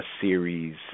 series